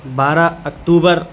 بارہ اکٹوبر